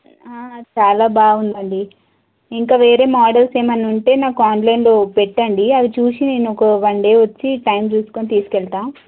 చాలా బాగుందండి ఇంకా వేరే మోడల్స్ ఏమన్నుంటే నాకు ఆన్లైన్లో పెట్టండి అవి చూసి నేను ఒక వన్ డే వచ్చి టైం చూసుకుని తీసుకెళ్తాను